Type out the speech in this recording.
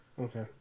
Okay